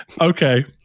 Okay